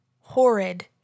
horrid